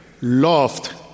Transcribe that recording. loved